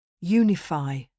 Unify